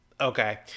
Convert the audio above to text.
Okay